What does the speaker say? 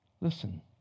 Listen